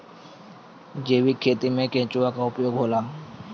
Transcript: जैविक खेती मे केचुआ का उपयोग होला?